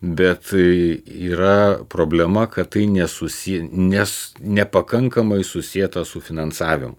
bet yra problema kad tai nesusiję nes nepakankamai susieta su finansavimu